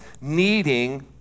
needing